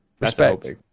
Respect